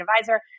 advisor